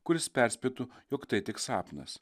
kuris perspėtų jog tai tik sapnas